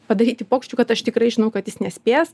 padaryti puokščių kad aš tikrai žinau kad jis nespės